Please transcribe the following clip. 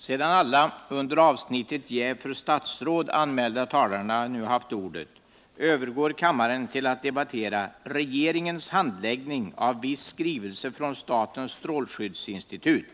Sedan alla under avsnittet Jäv för statsråd anmälda talare nu haft ordet övergår kammaren till att debattera Regeringens handläggning av viss skrivelse från statens strålskyddsinstitut.